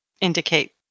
indicate